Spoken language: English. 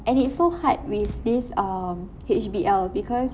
and it's so hard with this um H_B_L because